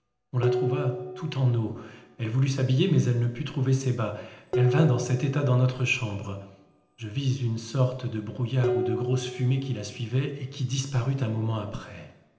on la trouva toute en eau elle voulut s'habiller mais elle ne put trouver ses bas elle vint dans cet état dans notre chambre je vis une sorte de brouillard ou de grosse fumée qui la suivait et qui disparut un moment après